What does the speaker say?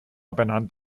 benannt